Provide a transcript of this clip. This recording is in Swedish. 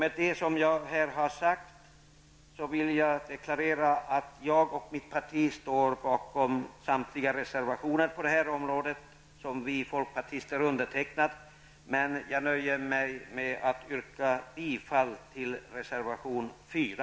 Med det anförda vill jag deklarera att jag och mitt parti står bakom samtliga reservationer som vi folkpartister har undertecknat, men jag nöjer mig med att yrka bifall till reservation 4.